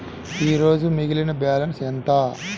ఈరోజు మిగిలిన బ్యాలెన్స్ ఎంత?